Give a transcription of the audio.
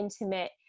intimate